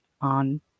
on